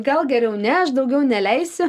gal geriau ne aš daugiau neleisiu